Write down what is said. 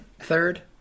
third